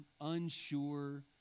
unsure